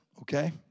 okay